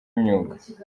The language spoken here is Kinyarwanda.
imyuga